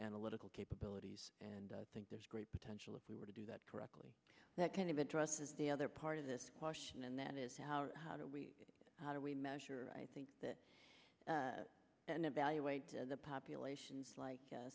analytical capabilities and i think there's great potential if we were to do that correctly that kind of addresses the other part of this question and that is how how do we how do we measure i think that and evaluate the populations like